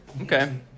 Okay